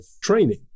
training